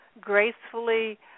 gracefully